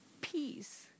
peace